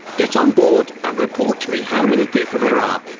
get on board and report to me how many people there are.